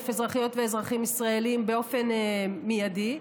אזרחיות ואזרחים ישראלים באופן מיידי,